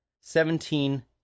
seventeen